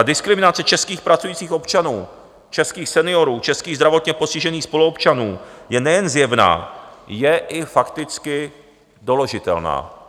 Diskriminace českých pracujících občanů, českých seniorů, českých zdravotně postižených spoluobčanů je nejen zjevná, je i fakticky doložitelná.